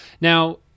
now